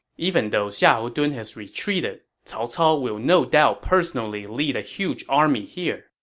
even though xiahou dun has retreated, cao cao will no doubt personally lead a huge army here.